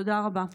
תודה רבה.